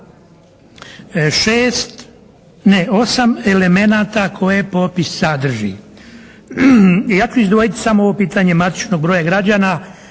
6, ne 8 elemenata koje popis sadrži. Ja ću izdvojiti samo ovo pitanje matičnog broja građana